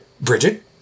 Bridget